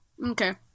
Okay